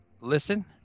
listen